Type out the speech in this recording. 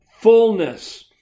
fullness